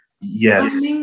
Yes